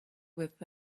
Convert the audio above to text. with